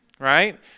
right